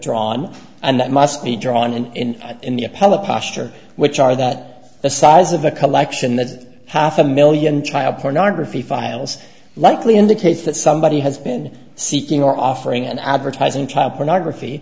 drawn and that must be drawn in in the appellate posture which are that the size of the collection that half a million child pornography files likely indicates that somebody has been seeking or offering an advertising child pornography